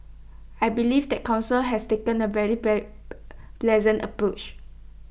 I believe the Council has taken A very pleasant approach